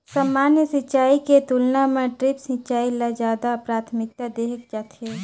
सामान्य सिंचाई के तुलना म ड्रिप सिंचाई ल ज्यादा प्राथमिकता देहे जाथे